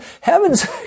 heaven's